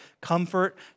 comfort